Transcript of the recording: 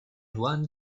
one